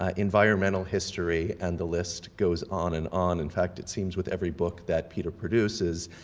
ah environmental history, and the list goes on and on. in fact, it seems with every book that peter produces,